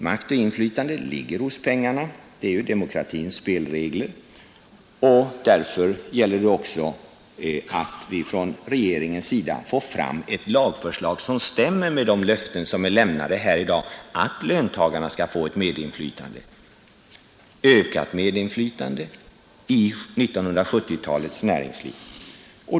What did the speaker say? Makt och inflytande ligger hos pengarna — det är ju demokratins spelregler — och därför gäller det också att vi från regeringen får fram ett lagförslag som stämmer med de löften som lämnats här i dag om att löntagarna skall få ökat medinflytande i 1970-talets näringsliv.